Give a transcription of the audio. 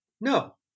No